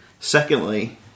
Secondly